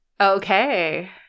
okay